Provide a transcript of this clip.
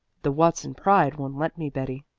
the watson pride won't let me, betty.